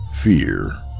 Fear